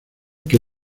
que